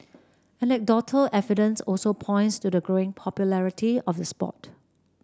anecdotal evidence also points to the growing popularity of the sport